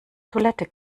toilette